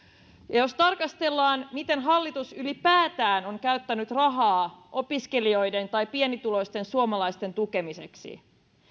jos tarkastellaan miten hallitus ylipäätään on käyttänyt rahaa opiskelijoiden tai pienituloisten suomalaisten tukemiseksi